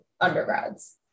undergrads